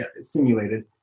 simulated